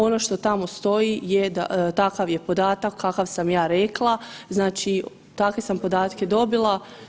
Ono što tamo stoji je takav podatak kakav sam ja rekla, znači takve sam podatke dobila.